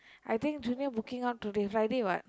I think junior booking out today Friday what